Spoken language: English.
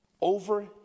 over